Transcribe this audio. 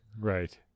Right